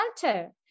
culture